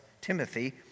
Timothy